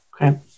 Okay